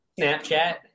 Snapchat